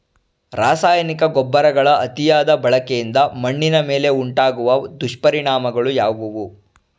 ರಾಸಾಯನಿಕ ಗೊಬ್ಬರಗಳ ಅತಿಯಾದ ಬಳಕೆಯಿಂದ ಮಣ್ಣಿನ ಮೇಲೆ ಉಂಟಾಗುವ ದುಷ್ಪರಿಣಾಮಗಳು ಯಾವುವು?